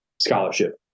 scholarship